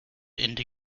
into